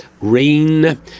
rain